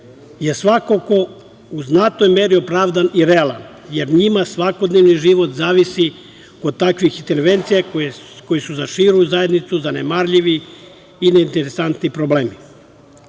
je svakako u znatnoj meri opravdan i realan, jer njima svakodnevni život zavisi od takvih intervencija koje su za širu zajednicu zanemarljivi i neinteresantni problemi.No,